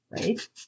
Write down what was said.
Right